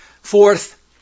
Fourth